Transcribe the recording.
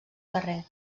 carrer